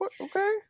okay